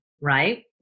right